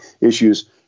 issues